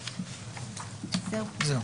זהו.